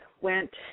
went